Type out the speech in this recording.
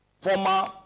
former